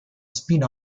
spin